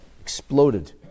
exploded